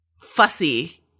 fussy –